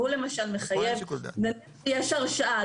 והוא למשל מחייב - אם יש הרשעה,